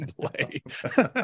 play